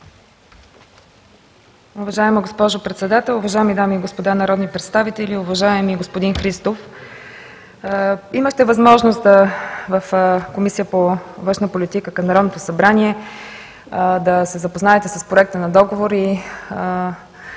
Уважаема госпожо Председател, уважаеми дами и господа народни представители, уважаеми господин Христов! Имахте възможност в Комисията по външна политика към Народното събрание да се запознаете с проекта на Договора